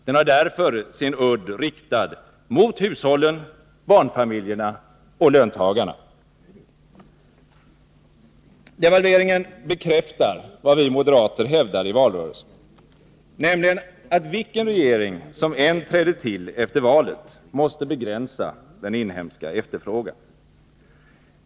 Den har därför sin udd riktad mot hushållen, barnfamiljerna och löntagarna.” Devalveringen bekräftar vad vi moderater hävdade i valrörelsen, nämligen att vilken regering som än trädde till efter valet måste begränsa den inhemska efterfrågan.